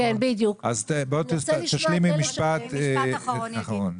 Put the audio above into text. תשלימי משפט אחרון.